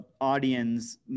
audience